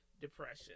depression